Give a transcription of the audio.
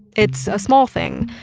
it's a small thing,